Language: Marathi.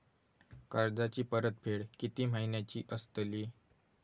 कर्जाची परतफेड कीती महिन्याची असतली?